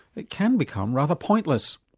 it can become rather pointless.